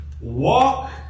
walk